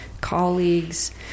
colleagues